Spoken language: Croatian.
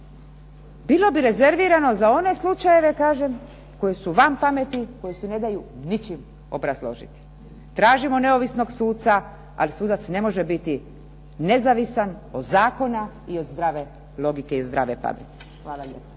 bilo bi rezervirano za one slučajeve kažem koji su van pameti, koji se ne daju ničim obrazložiti. Tražimo neovisnog suca, ali sudac ne može biti nezavisan od zakona i od zdrave logike i zdrave pameti. Hvala lijepa.